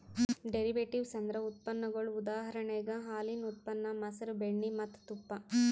derivatives ಅಂದ್ರ ಉತ್ಪನ್ನಗೊಳ್ ಉದಾಹರಣೆಗ್ ಹಾಲಿನ್ ಉತ್ಪನ್ನ ಮಸರ್, ಬೆಣ್ಣಿ ಮತ್ತ್ ತುಪ್ಪ